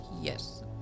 Yes